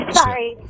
Sorry